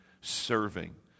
serving